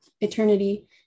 Eternity